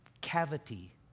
cavity